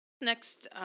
Next